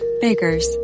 Baker's